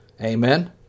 Amen